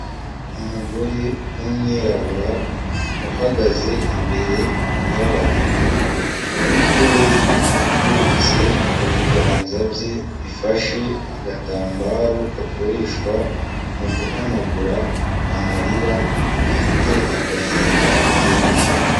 Umugore w'umwirabura, uhagaze imbere y'abantu, umutwe we wubitse ku biganza bye, bifashe agatambaro gakoreshwa mu guhanagura amarira, afite agahinda kenshi.